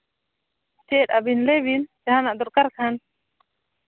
ᱪᱮᱫ ᱟᱹᱵᱤᱱ ᱞᱟᱹᱭ ᱵᱤᱱ ᱡᱟᱦᱟᱱᱟᱜ ᱫᱚᱨᱠᱟᱨ ᱠᱷᱟᱱ